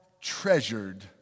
treasured